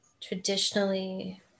traditionally